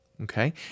Okay